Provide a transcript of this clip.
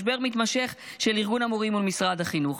משבר מתמשך של ארגון המורים מול משרד החינוך.